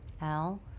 Al